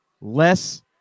less